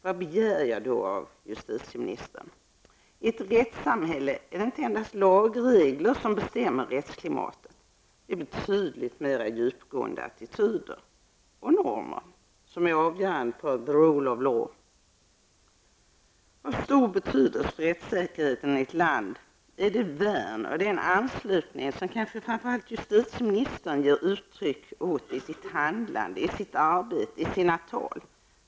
Vad begär jag då av justitieministern? I ett rättssamhälle är det inte endast lagreglerna som bestämmer rättsklimatet. Det är betydligt mera djupgående attityder och normer som är avgörande för ``the rule of law''. Av stor betydelse för rättssäkerheten i ett land är det värn och den anslutning som kanske framför allt justitieministern ger uttryck åt i sitt handlande, i sitt arbete och i sina tal.